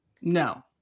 No